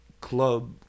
club